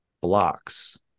blocks